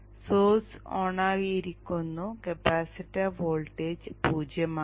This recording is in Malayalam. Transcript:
സോഴ്സ് ഓണായിരിക്കുന്നു കപ്പാസിറ്റർ വോൾട്ടേജ് 0 ആണ്